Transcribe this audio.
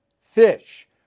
fish